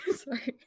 Sorry